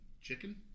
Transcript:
chicken